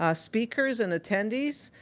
ah speakers and attendees,